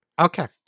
Okay